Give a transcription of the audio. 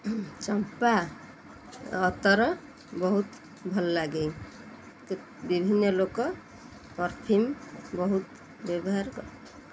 ଚମ୍ପା ଅତର ବହୁତ ଭଲ ଲାଗେ ବିଭିନ୍ନ ଲୋକ ପରଫ୍ୟୁମ୍ ବହୁତ ବ୍ୟବହାର କରେ